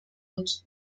und